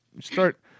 start